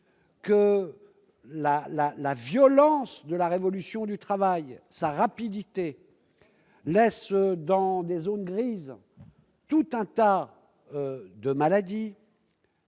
la violence de la révolution du travail, sa rapidité laissent dans des zones grises une multitude de maladies